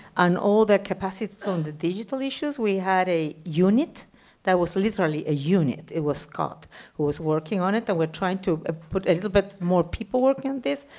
all the capacities on the digital issues we had a unit that was literally a unit. it was scott who was working on it, that we're trying to put a little but more people working on this,